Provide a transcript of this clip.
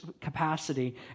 capacity